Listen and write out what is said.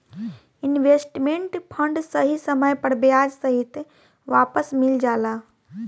investment fund सही समय पर ब्याज सहित वापस मिल जाला